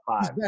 five